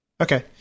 Okay